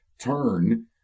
turn